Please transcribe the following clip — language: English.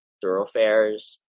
thoroughfares